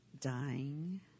dying